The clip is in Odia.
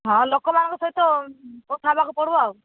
ହଁ ଲୋକ ମାନଙ୍କ ସହିତ କଥା ହେବାକୁ ପଡ଼ିବ୍ ଆଉ